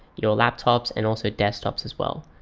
your laptops and also desktops as well.